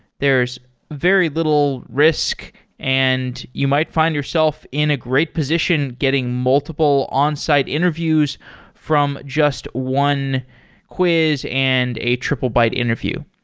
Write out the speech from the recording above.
there's very little risk and you might find yourself in a great position getting multiple onsite interviews from just one quiz and a triplebyte interview.